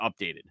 updated